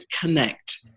Connect